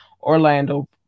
Orlando